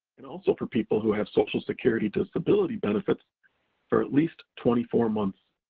and also for people who have social security disability benefits for at least twenty four months.